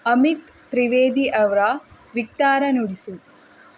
ಅಮಿತ್ ತ್ರಿವೇದಿ ಅವರ ಇಕ್ತಾರಾ ನುಡಿಸು